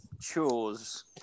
chores